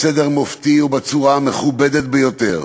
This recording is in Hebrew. בסדר מופתי ובצורה המכובדת ביותר,